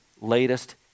latest